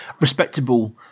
respectable